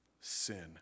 sin